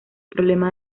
problema